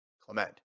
Clement